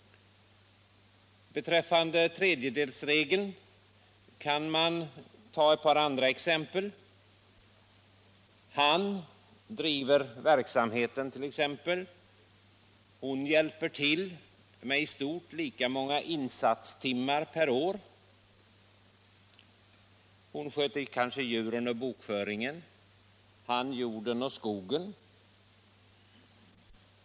Beträffande tredjedelsregeln kan jag anföra ett par andra exempel: Han driver verksamheten och hon hjälper till med i stort sett lika många insatstimmar per år. Hon sköter kanske djuren och bokföringen, han jorden och skogen.